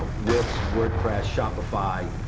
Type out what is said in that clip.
wix, wordpress, shopify,